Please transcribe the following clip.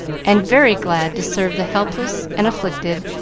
and very glad to serve the helpless and afflicted,